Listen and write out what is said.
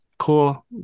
cool